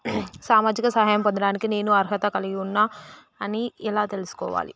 సామాజిక సహాయం పొందడానికి నేను అర్హత కలిగి ఉన్న అని ఎలా తెలుసుకోవాలి?